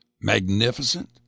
Magnificent